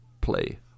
Play